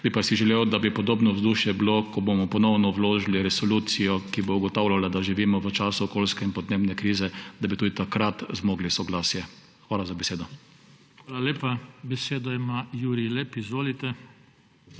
Bi pa si želel, da bi podobno vzdušje bilo, ko bomo ponovno vložili resolucijo, ki bo ugotavljala, da živimo v času okoljske in podnebne krize, da bi tudi takrat zmogli soglasje. Hvala za besedo. **PODPREDSEDNIK JOŽE TANKO:** Hvala lepa. Besedo ima Jurij Lep. Izvolite.